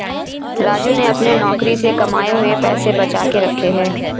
राजू ने अपने नौकरी से कमाए हुए पैसे बचा के रखे हैं